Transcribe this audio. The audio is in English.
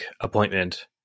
appointment